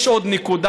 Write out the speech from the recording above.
יש עוד נקודה.